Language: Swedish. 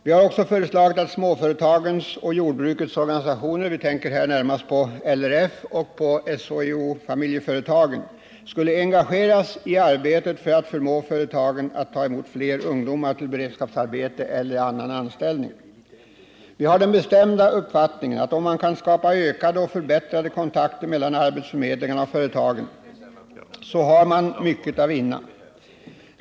Vi har också föreslagit att småföretagens och jordbrukets organisationer — vi tänker här närmast på LRF och SHIO-Familjeföretagen —skulle engageras i arbetet för att förmå företagen att ta emot fler ungdomar till beredskapsarbete eller annan anställning. Vi har den bestämda uppfattningen att om man kan skapa ökade och förbättrade kontakter mellan arbetsförmedlingarna och företagen, så har man mycket att vinna.